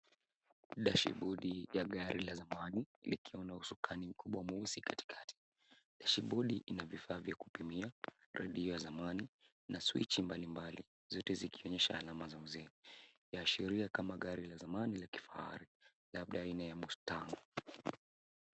Dashibodi ya gari la zamani, likiwa na usukani mkubwa mweusi katikati. Dashibodi ina vifaa vya kupimia, redio ya zamani na swichi mbalimbali, zote zikionyesha alama za mzee. Laashiria kama gari la zamani la kifahari, labda aina ya Mustang.